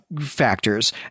factors